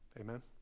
Amen